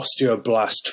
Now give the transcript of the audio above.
osteoblast